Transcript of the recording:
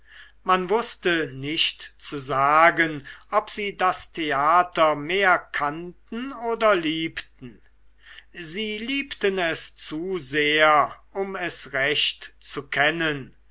man wußte nicht zu sagen ob sie das theater mehr kannten oder liebten sie liebten es zu sehr um es recht zu kennen